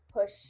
push